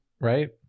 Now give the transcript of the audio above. right